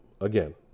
again